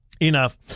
Enough